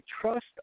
trust